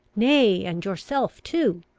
nay, and yourself too,